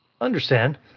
Understand